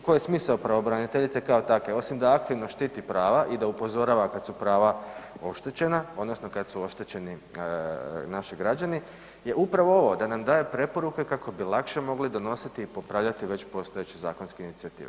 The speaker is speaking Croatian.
Koji je smisao pravobraniteljice kao takve osim da aktivno štiti prava i da upozorava kad su prava oštećena odnosno kada su oštećeni naši građani je upravo ovo da nam daje preporuke kako bi lakše mogli donositi i popravljati već postojeće zakonske inicijative.